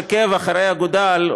עקב בצד אגודל,